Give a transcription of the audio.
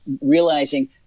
realizing